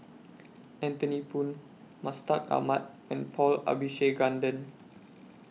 Anthony Poon Mustaq Ahmad and Paul Abisheganaden